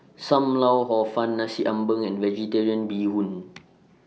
SAM Lau Hor Fun Nasi Ambeng and Vegetarian Bee Hoon